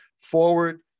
forward